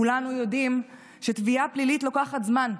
כולנו יודעים שתביעה פלילית לוקחת זמן,